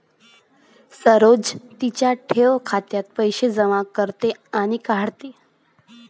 सरोज तिच्या ठेव खात्यात पैसे जमा करते आणि काढते